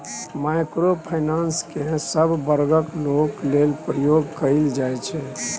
micro finance केँ सब बर्गक लोक लेल प्रयोग कएल जाइ छै